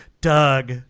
Doug